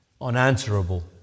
unanswerable